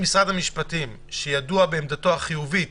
אני שמחה שעלה בידינו להביא לתוצאה הזאת.